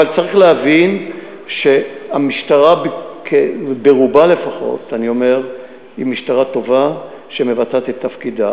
אבל צריך להבין שהמשטרה ברובה לפחות היא משטרה טובה שמבצעת את תפקידה.